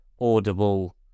audible